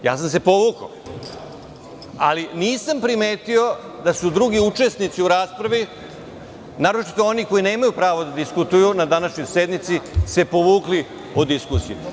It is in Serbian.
Povukao sam se, ali nisam primetio da su drugi učesnici u raspravi, naročito oni koji nemaju pravo da diskutuju na današnjoj sednici, povukli o diskusiji.